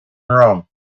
wrong